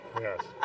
yes